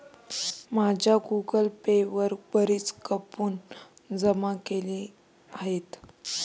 माझ्या Google Pay वर बरीच कूपन जमा केली गेली आहेत